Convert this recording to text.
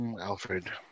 Alfred